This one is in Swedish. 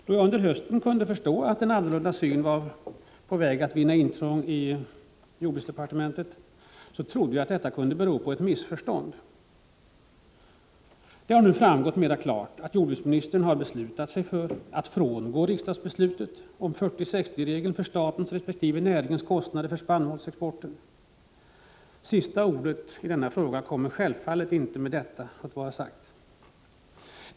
Då vi under hösten kunde förstå att en annorlunda syn var på väg att vinna intrång i jordbruksdepartementet, trodde vi att detta kunde bero på ett missförstånd. Det har nu framgått mera klart att jordbruksministern har beslutat sig för att frångå riksdagsbeslutet om 40:60-regeln för statens resp. näringens kostnader för spannmålsexporten. Sista ordet i denna fråga kommer självfallet inte att vara sagt med detta.